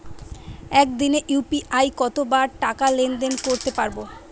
একদিনে ইউ.পি.আই কতবার টাকা লেনদেন করতে পারব?